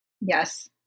Yes